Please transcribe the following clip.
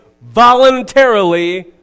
voluntarily